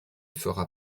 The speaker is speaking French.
fera